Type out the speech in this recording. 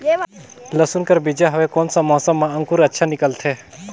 लसुन कर बीजा हवे कोन सा मौसम मां अंकुर अच्छा निकलथे?